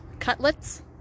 Cutlets